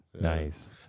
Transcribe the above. Nice